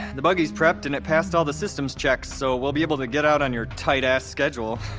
the buggy's prepped and it passed all the systems checks, so we'll be able to get out on your tight-ass schedule.